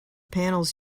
panels